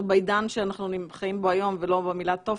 בעידן שאנחנו חיים בו היום ולא במילה טופס.